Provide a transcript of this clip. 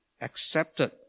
accepted